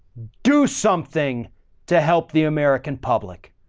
do something to help the american public.